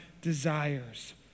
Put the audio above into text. desires